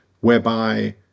whereby